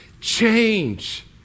Change